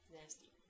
nasty